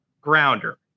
Grounder